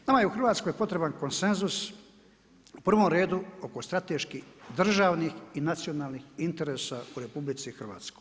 Nama je u Hrvatskoj potreban konsenzus, u prvom redu oko strateških državnih i nacionalnih interesa u RH.